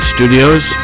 Studios